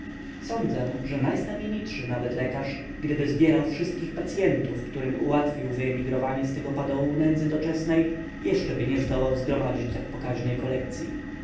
sądzę że najznakomitszy nawet lekarz gdyby zbierał wszystkich pacyentów którym ułatwił wyemigrowanie z tego padołu nędzy doczesnej jeszczeby nie zdołał zgromadzić tak pokaźnej kolekcyi